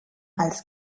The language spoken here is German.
als